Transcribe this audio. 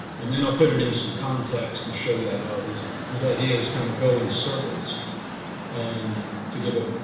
and then i'll put it in some context and show you how his his ideas kind of go in circles and to give a,